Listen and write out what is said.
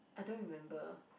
I don't remember